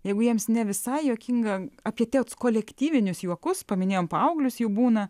jeigu jiems ne visai juokinga apie tuos kolektyvinius juokus paminėjome paauglius jų būna